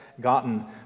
gotten